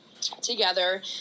together